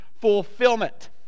fulfillment